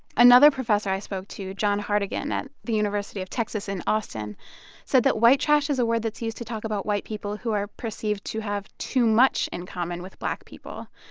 another professor i spoke to john hartigan at the university of texas in austin said that white trash is a word that's used to talk about white people who are perceived to have too much in common with black people.